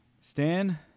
Stan